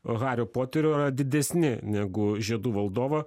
hario poterio yra didesni negu žiedų valdovo